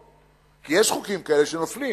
כי יש חוקים כאלה שנופלים.